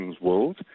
world